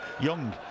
Young